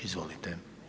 Izvolite.